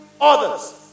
others